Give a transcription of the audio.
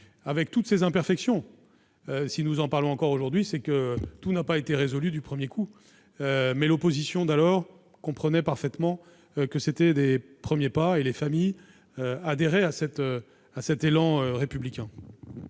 toutes ses imperfections- si nous en parlons encore aujourd'hui, c'est que tout n'a pas été résolu du premier coup. L'opposition d'alors comprenait parfaitement que c'était un premier pas, et les familles adhéraient à cet élan républicain.